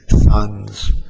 sons